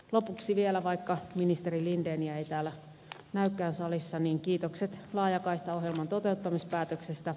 lopuksi vielä vaikka ministeri lindeniä ei näykään salissa kiitokset laajakaistaohjelman toteuttamispäätöksestä